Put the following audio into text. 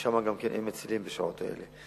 שאז גם אין מצילים בשעות האלה.